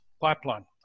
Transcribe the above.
pipeline